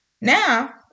Now